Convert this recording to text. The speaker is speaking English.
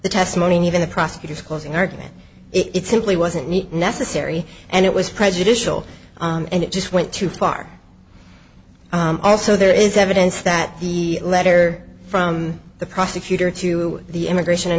the testimony and even the prosecutor's closing argument it simply wasn't neat necessary and it was prejudicial and it just went too far also there is evidence that the letter from the prosecutor to the immigration and